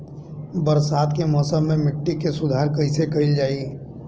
बरसात के मौसम में मिट्टी के सुधार कइसे कइल जाई?